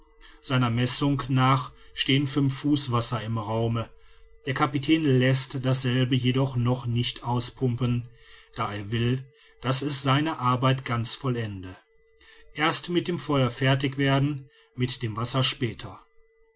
seiner messung nach stehen fünf fuß wasser im raume der kapitän läßt dasselbe jedoch noch nicht auspumpen da er will daß es seine arbeit ganz vollende erst mit dem feuer fertig werden mit dem wasser später